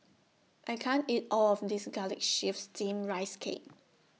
I can't eat All of This Garlic Chives Steamed Rice Cake